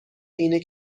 اینه